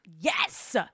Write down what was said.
Yes